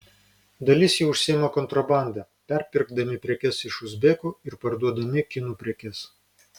dalis jų užsiima kontrabanda perpirkdami prekes iš uzbekų ir parduodami kinų prekes